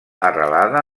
arrelada